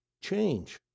change